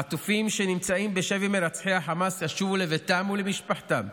החטופים שנמצאים בשבי מרצחי החמאס ישובו לביתם ולמשפחתם,